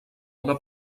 una